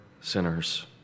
sinners